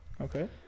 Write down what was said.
Okay